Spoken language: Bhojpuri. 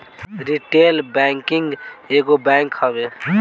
रिटेल बैंकिंग एगो बैंक हवे